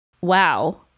Wow